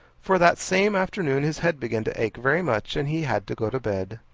for that same afternoon his head began to ache very much, and he had to go to bed.